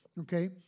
Okay